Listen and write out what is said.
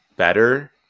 better